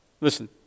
Listen